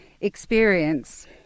experience